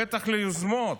בטח ליוזמות.